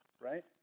right